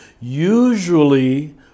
usually